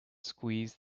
squeezed